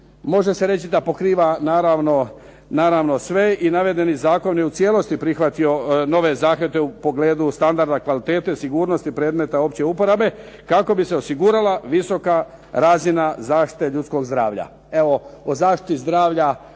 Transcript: može se reći da pokriva naravno sve i navedeni zakon je u cijelosti prihvatio nove zahvate u pogledu standarda kvalitete, sigurnosti predmeta opće uporabe kako bi se osigurala visoka razina zaštitite ljudskog zdravlja. Evo o zaštiti zdravlja